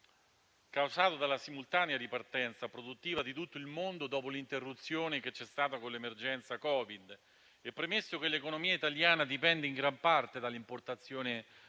causata dalla simultanea ripartenza produttiva di tutto il mondo dopo l'interruzione che c'è stata con l'emergenza Covid; premesso che l'economia italiana dipende in gran parte dall'importazione